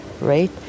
right